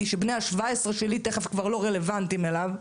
שבני ה-17 שלי תיכף כבר לא רלבנטיים אליו.